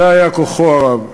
זה היה כוחו הרב.